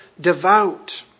devout